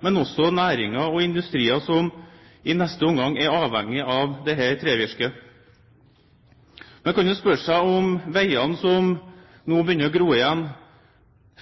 og industrien som i neste omgang er avhengig av dette trevirket. Man kan jo spørre seg om veiene som nå begynner å gro igjen,